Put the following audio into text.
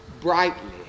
brightly